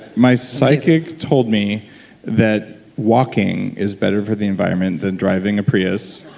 my psychic told me that walking is better for the environment than driving a prius,